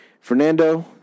Fernando